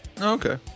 Okay